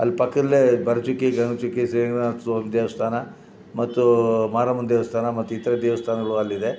ಅಲ್ಲಿ ಪಕ್ದಲ್ಲೇ Bharachukki Gaganachukki Srinath Swami ದೇವಸ್ಥಾನ ಮತ್ತು ಮಾರಮ್ಮನ ದೇವಸ್ಥಾನ ಮತ್ತು ಇತರ ದೇವಸ್ಥಾನಗಳು ಅಲ್ಲಿದೆ